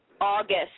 August